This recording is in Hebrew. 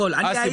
אסי,